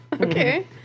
okay